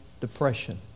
depression